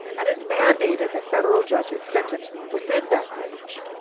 and it mandated that federal judges sentence within that range.